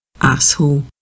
Asshole